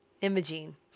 Imogene